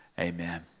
Amen